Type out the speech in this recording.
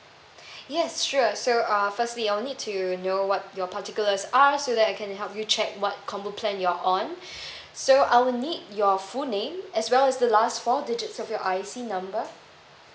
yes sure so uh firstly I will need to know what your particulars are so that I can help you check what combo plan you're on so I will need your full name as well as the last four digits of your I_C number